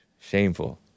Shameful